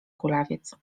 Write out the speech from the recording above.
kulawiec